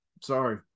Sorry